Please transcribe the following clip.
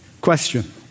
Question